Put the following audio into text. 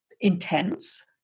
intense